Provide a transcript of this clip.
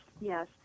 yes